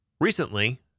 recently